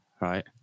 right